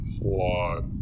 plot